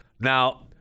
now